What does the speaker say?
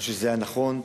אני חושב שזה הדבר הנכון,